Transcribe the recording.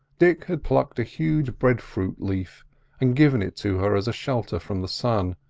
dick had plucked a huge breadfruit leaf and given it to her as a shelter from the sun,